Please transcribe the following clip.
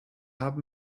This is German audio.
haben